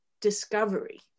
discovery